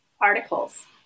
articles